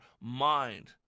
mind